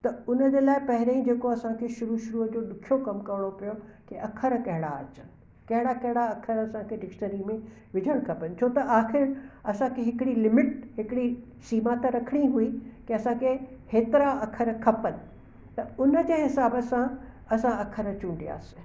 त उनजे लाइ पहिरीं जेको असांखे शूरू शूरूअ जो ॾुखियो कमु करिणो पियो के अखर कहिड़ा अचनि कहिड़ा कहिड़ा अखर असांखे डिक्शनरी में विझन खपनि छो त आखिर असांखे हिकिड़ी लिमिट हिकिड़ी सीमा त रखिणी हुई के असांखे हेतिरा अखर खपनि त उनजे हिसाब सां असां अखर चूंडियासीं